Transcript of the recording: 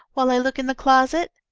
while i look in the closet.